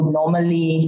normally